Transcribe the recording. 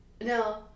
no